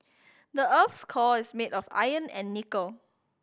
the earth's core is made of iron and nickel